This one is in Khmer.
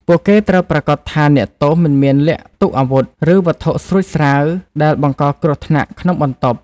ពួកគេត្រូវប្រាកដថាអ្នកទោសមិនមានលាក់ទុកអាវុធ ឬវត្ថុស្រួចស្រាវដែលបង្កគ្រោះថ្នាក់ក្នុងបន្ទប់។